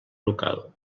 local